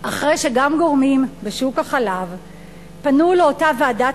אחרי שגם גורמים בשוק החלב פנו לאותה ועדת